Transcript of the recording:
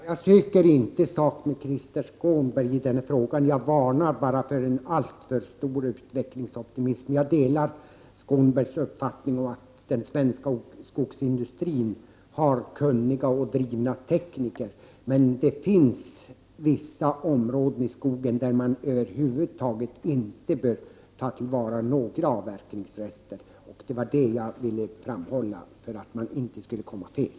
Fru talman! Jag söker icke sak med Krister Skånberg i denna fråga. Jag varnar bara för en alltför stor utvecklingsoptimism. Jag delar Krister Skånbergs uppfattning att den svenska skogsindustrin har kunniga och drivna tekniker. Men det finns vissa områden i skogen, där man över huvud taget inte bör ta vara på några avverkningsrester. Det var bara detta jag ville framhålla så att man inte skall komma fel.